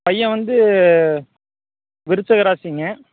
பையன் வந்து விருச்சிக ராசிங்க